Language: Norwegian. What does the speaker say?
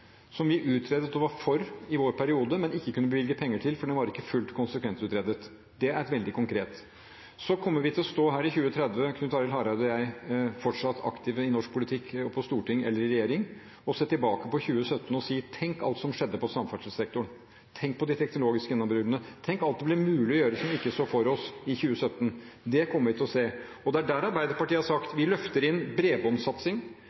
som vi utredet og var for i vår periode, men ikke kunne bevilge penger til, for den var ikke fullt konsekvensutredet. Det er veldig konkret. Så kommer vi til å stå her i 2030, Knut Arild Hareide og jeg, fortsatt aktive i norsk politikk, enten på storting eller i regjering, og se tilbake på 2017 og si: Tenk alt som skjedde på samferdselssektoren, tenk på de teknologiske gjennombruddene, tenk alt det ble mulig å gjøre som vi ikke så for oss i 2017. Det kommer vi til å se. Og det er der Arbeiderpartiet har